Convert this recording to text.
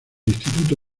instituto